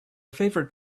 favorite